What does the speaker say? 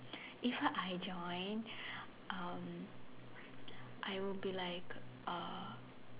if I join um I will be like uh